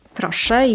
proszę